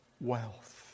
wealth